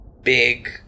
big